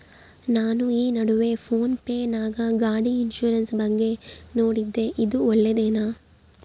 ನಾನು ಈ ನಡುವೆ ಫೋನ್ ಪೇ ನಾಗ ಗಾಡಿ ಇನ್ಸುರೆನ್ಸ್ ಬಗ್ಗೆ ನೋಡಿದ್ದೇ ಇದು ಒಳ್ಳೇದೇನಾ?